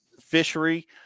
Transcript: fishery